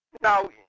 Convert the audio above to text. Now